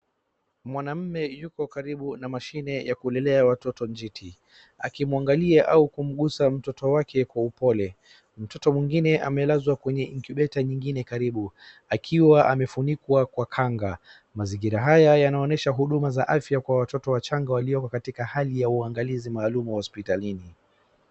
Mwanamume yuko karibu na mashine ya kulelea watoto jeti. Akimwangalia au kumgusa mtoto wake kwa upole. Mtoto mwingine amelazwa kwenye incubator nyingine karibu akiwa amefunikwa kwa kanga. Mazingira haya yanaonesha huduma za afya kwa watoto wachanga walioko katika hali ya uwangalizi maalum hospitalini.